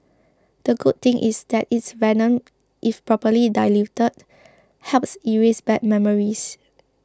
the good thing is that it's venom if properly diluted helps erase bad memories